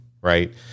right